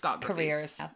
careers